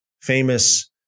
famous